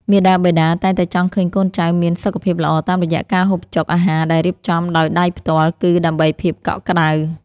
មាតាបិតាតែងតែចង់ឃើញកូនចៅមានសុខភាពល្អតាមរយៈការហូបចុកអាហារដែលរៀបចំដោយដៃផ្ទាល់ គឺ ដើម្បីភាពកក់ក្ដៅ។